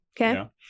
okay